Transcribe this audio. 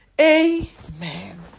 Amen